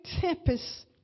tempest